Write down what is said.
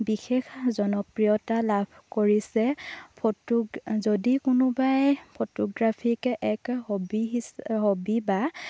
বিশেষ জনপ্ৰিয়তা লাভ কৰিছে ফটো যদি কোনোবাই ফটোগ্ৰাফিক এক হবি সি হবী বা